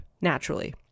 naturally